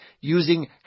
using